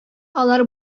алар